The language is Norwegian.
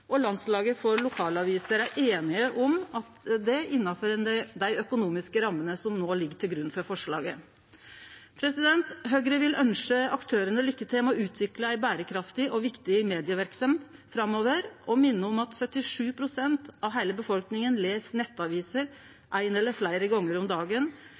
og Landslaget for lokalaviser er einige om det – innanfor dei økonomiske rammene som no ligg til grunn for forslaget. Høgre vil ønskje aktørane lykke til med å utvikle ei berekraftig og viktig medieverksemd framover og minne om at 77 pst. av heile befolkninga les nettaviser ein eller fleire gonger om dagen,